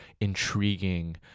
intriguing